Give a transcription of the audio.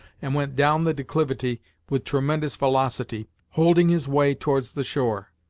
and went down the declivity with tremendous velocity, holding his way towards the shore.